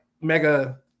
mega